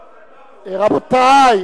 רבותי,